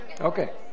Okay